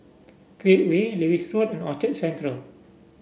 Create Way Lewis Road and Orchard Central